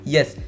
Yes